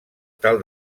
tal